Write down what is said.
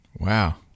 Wow